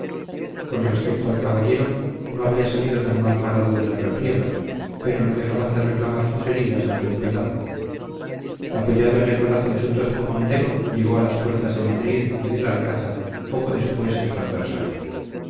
con respecto al caballero no había salido tan mal parado de la refriega pero no dejaban de reclamar sus heridas algún cuidado apoyado en el brazo de su tosco montero llegó a las puertas de madrid y del alcázar poco después que su adversario